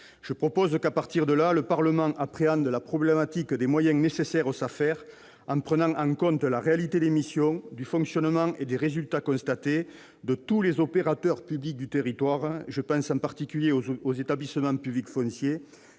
je propose que le Parlement appréhende la problématique des moyens nécessaires aux SAFER en prenant en compte la réalité des missions, du fonctionnement et des résultats constatés de tous les opérateurs publics du territoire- je pense en particulier aux établissements publics fonciers